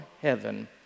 heaven